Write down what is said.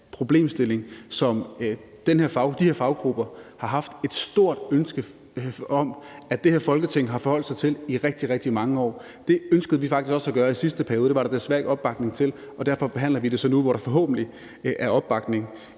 problemstilling, som de her faggrupper har haft et stort ønske om at det her Folketing har forholdt sig til igennem rigtig mange år. Det ønskede vi faktisk også at gøre i sidste periode, og det var der desværre ikke opbakning til, og derfor behandler vi det så nu, hvor der forhåbentlig er opbakning